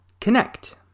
Connect